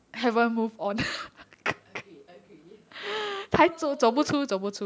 agreed agree bro